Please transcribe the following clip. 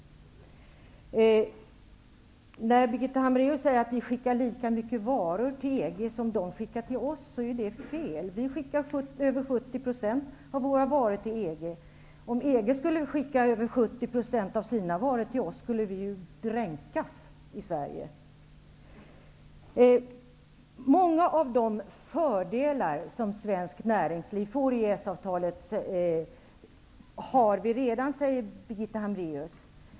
Birgitta Hambraeus säger att vi skickar lika mycket varor till EG som EG skickar till oss, men det är ju fel. Vi skickar över 70 % av våra varor till EG. Om EG skulle skicka över 70 % av sina varor till oss skulle vi dränkas. Många av de fördelar som svenskt näringsliv får genom EES-avtalet har vi redan, säger Birgitta Hambraeus.